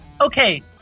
okay